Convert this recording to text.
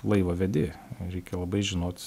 laivą vedi reikia labai žinot